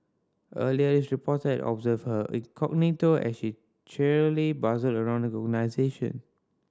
earlier this reporter observed her incognito as she cheerily bustled around the organisation